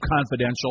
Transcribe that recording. confidential